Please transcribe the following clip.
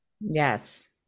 Yes